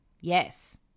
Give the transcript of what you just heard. Yes